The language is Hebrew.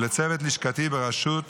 ולצוות לשכתי בראשות